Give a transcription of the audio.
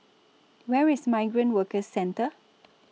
Where IS Migrant Workers Centre